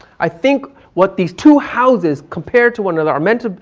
i think what these two houses compare to one another are meant,